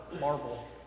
marble